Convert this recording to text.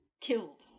killed